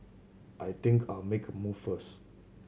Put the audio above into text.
I think I'll make a move first